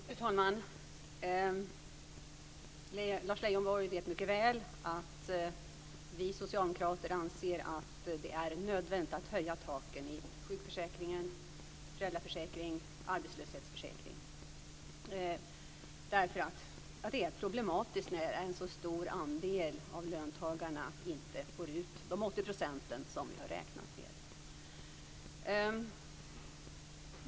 Fru talman! Lars Leijonborg vet mycket väl att vi socialdemokrater anser att det är nödvändigt att höja taken i sjukförsäkringen, föräldraförsäkringen och arbetslöshetsförsäkringen därför att det är problematiskt när en så stor andel av löntagarna inte får ut de 80 % som vi har räknat med.